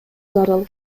зарыл